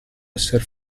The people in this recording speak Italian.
esser